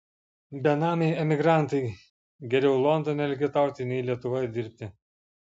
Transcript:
benamiai emigrantai geriau londone elgetauti nei lietuvoje dirbti